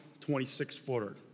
26-footer